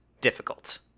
difficult